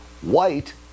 white